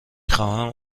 خواهم